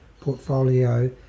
portfolio